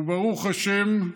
וברוך השם,